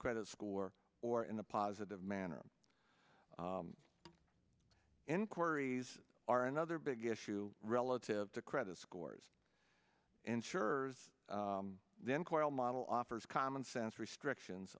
credit score or in a positive manner inquiries are another big issue relative to credit scores insurers then qual model offers commonsense restrictions